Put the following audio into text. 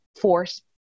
force